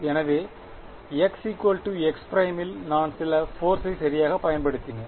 எனவே x x 'இல் நான் சில போர்சை சரியாகப் பயன்படுத்தினேன்